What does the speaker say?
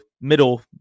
middle